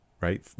right